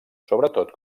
sobretot